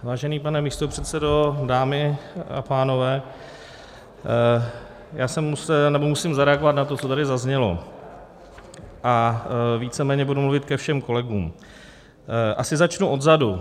Vážený pane místopředsedo, dámy a pánové, musím zareagovat na to, co tady zaznělo, a víceméně budu mluvit ke všem kolegům, asi začnu odzadu.